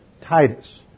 Titus